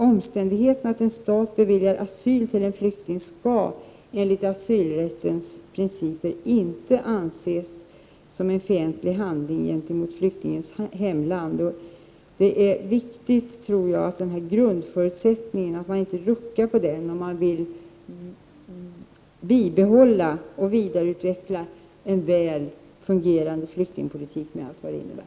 Omständigheterna att en stat beviljar asyl för en flykting skall enligt asylrättens principer inte ses som en fientlig handling gentemot flyktingens hemland. Det är viktigt att man inte ruckar på denna grundförut sättning om man vill bibehålla och vidareutveckla en väl fungerande flyktingpolitik — med allt vad det innebär.